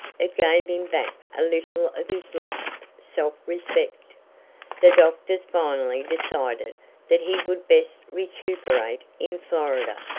it gave him back a little of his lost self-respect. the doctors finally decided that he would best recuperate in florida,